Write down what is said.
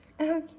Okay